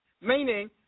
meaning